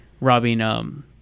robbing